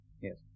Yes